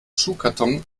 schuhkarton